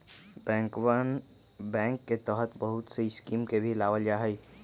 बैंकरवन बैंक के तहत बहुत से स्कीम के भी लावल जाहई